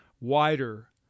wider